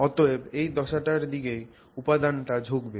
অতএব এই দশাটার দিকেই উপাদান টা ঝুঁকবে